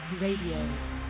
Radio